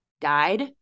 died